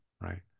right